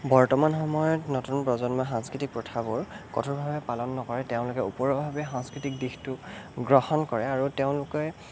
বৰ্তমান সময়ত নতুন প্ৰজন্ময়ে সাংস্কৃতিক প্ৰথাবোৰ কঠোৰভাৱে পালন নকৰে তেওঁলোকে ওপৰোৱাভাৱে সাংস্কৃতিক দিশটো গ্ৰহণ কৰে আৰু তেওঁলোকে